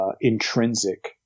intrinsic